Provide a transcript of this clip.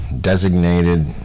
designated